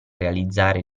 realizzare